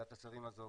ועדת השרים הזו,